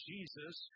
Jesus